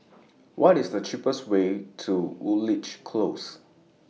What IS The cheapest Way to Woodleigh Close